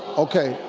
okay.